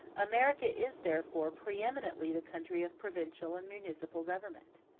america is therefore pre-eminently the country of provincial and municipal government.